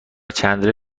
چندلر